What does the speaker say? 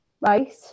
right